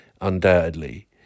undoubtedly